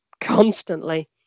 constantly